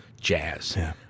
jazz